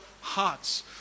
hearts